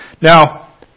Now